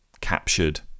captured